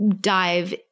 dive